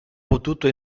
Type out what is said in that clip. potuto